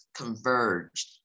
converged